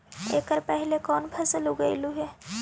एकड़ पहले कौन फसल उगएलू हा?